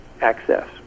access